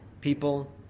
people